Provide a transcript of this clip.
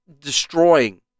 destroying